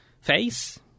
face